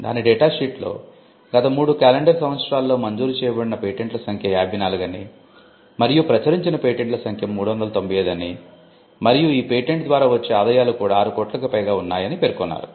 దాని డేటా షీట్లో గత 3 క్యాలెండర్ సంవత్సరాల్లో మంజూరు చేయబడిన పేటెంట్ల సంఖ్య 54 అని మరియు ప్రచురించిన పేటెంట్ల సంఖ్య 395 అని మరియు ఈ పేటెంట్ ద్వారా వచ్చే ఆదాయాలు కూడా 6 కోట్లకు పైగా ఉన్నాయని పేర్కొన్నారు